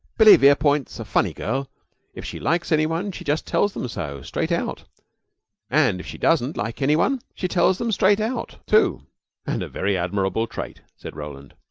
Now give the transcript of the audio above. billy verepoint's a funny girl if she likes any one she just tells them so straight out and if she doesn't like any one she tells them straight out, too and a very admirable trait, said roland,